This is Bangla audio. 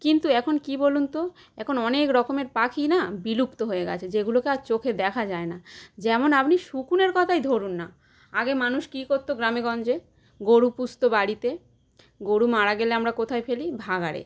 কিন্তু এখন কী বলুন তো এখন অনেক রকমের পাখি না বিলুপ্ত হয়ে গিয়েছে যেগুলোকে আর চোখে দেখা যায় না যেমন আপনি শকুনের কথাই ধরুন না আগে মানুষ কী করত গ্রামে গঞ্জে গরু পুষত বাড়িতে গরু মারা গেলে আমরা কোথায় ফেলি ভাগাড়ে